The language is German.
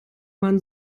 man